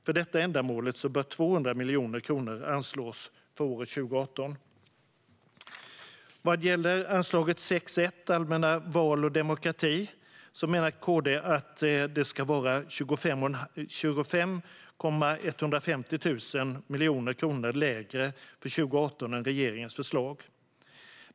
För detta ändamål bör 200 miljoner kronor anslås för 2018. När det gäller anslaget 6:1 Allmänna val och demokrati menar KD att det ska vara 25 150 000 kronor lägre för 2018 än regeringens förslag.